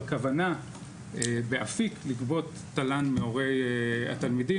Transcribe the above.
כוונה באפיק לגבות תל"ן מהורי התלמידים.